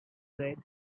red